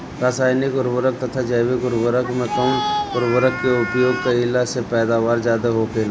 रसायनिक उर्वरक तथा जैविक उर्वरक में कउन उर्वरक के उपयोग कइला से पैदावार ज्यादा होखेला?